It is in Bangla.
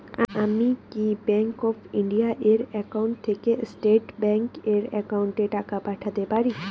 আমি কি ব্যাংক অফ ইন্ডিয়া এর একাউন্ট থেকে স্টেট ব্যাংক এর একাউন্টে টাকা পাঠাতে পারি?